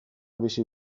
bizi